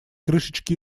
крышечки